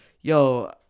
yo